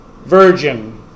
virgin